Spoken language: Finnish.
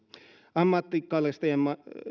ammattikalastajien